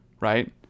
right